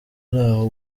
ntaho